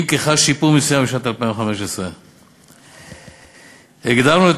אם כי חל שיפור מסוים בשנת 2015. הגדרנו את